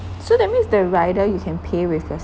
so that means the rider you can pay with your